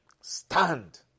stand